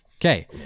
Okay